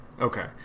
Okay